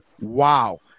Wow